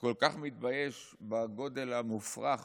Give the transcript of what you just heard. כל כך מתבייש בגודל המופרך